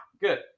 Good